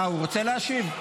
הוא רוצה להשיב?